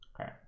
Okay